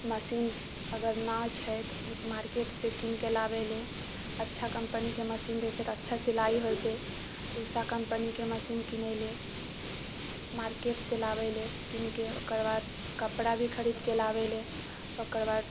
machine अगर नहि छै तऽ मार्केटसँ कीनके लाबै लए अच्छा कम्पनीके मशीन रहै छै तऽ अच्छा सिलाइ होइ छै ऊषा कम्पनीके मशीन किनै लए मार्केटसँ लाबै लए किनके ओकर बाद कपड़ा भी खरीदके लाबै लए ओकर बाद